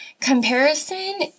Comparison